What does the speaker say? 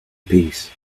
peace